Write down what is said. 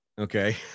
okay